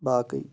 باقٕے